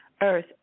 earth